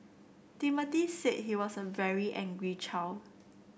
Timothy said he was a very angry child